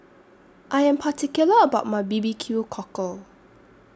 I Am particular about My B B Q Cockle